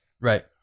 Right